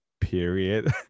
period